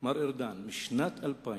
מר ארדן, משנת 2000